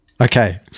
okay